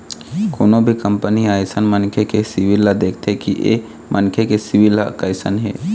कोनो भी कंपनी ह अइसन मनखे के सिविल ल देखथे कि ऐ मनखे के सिविल ह कइसन हे